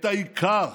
את העיקר,